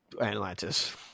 Atlantis